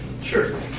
Sure